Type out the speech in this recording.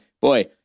boy